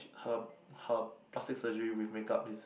her her plastic surgery with make up is